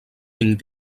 cinc